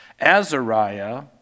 Azariah